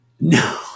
No